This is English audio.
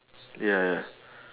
ya ya